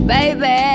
Baby